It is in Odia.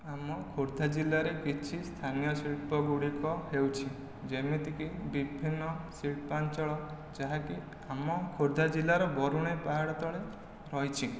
ଆମ ଖୋର୍ଦ୍ଧା ଜିଲ୍ଲାରେ କିଛି ସ୍ଥାନୀୟ ଶିଳ୍ପ ଗୁଡ଼ିକ ହେଉଛି ଯେମିତିକି ବିଭିନ୍ନ ଶିଳ୍ପାଞ୍ଚଳ ଯାହାକି ଆମ ଖୋର୍ଦ୍ଧା ଜିଲ୍ଲାର ବରୁଣେଇ ପାହାଡ଼ ତଳେ ରହିଛି